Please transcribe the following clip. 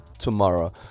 tomorrow